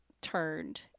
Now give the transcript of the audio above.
turned